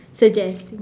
suggesting